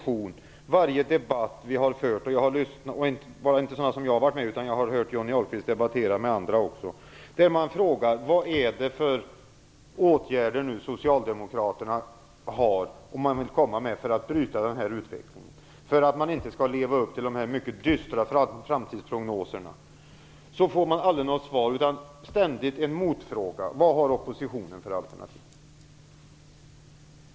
I varje debatt - inte bara med mig utan också med andra - när man frågar vilka åtgärder som Socialdemokraterna vill vidta för att bryta utvecklingen, för att inte leva upp till de mycket dystra framtidsprognoserna, får man i stället för svar ständigt en motfråga, nämligen vilka alternativ oppositionen har.